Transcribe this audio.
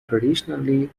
traditionally